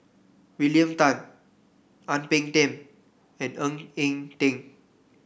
William Tan Ang Peng Tiam and Ng Eng Teng